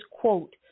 quote